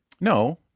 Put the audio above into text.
No